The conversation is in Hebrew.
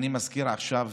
מזכיר עכשיו